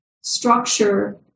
structure